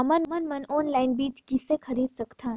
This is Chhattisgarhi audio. हमन मन ऑनलाइन बीज किसे खरीद सकथन?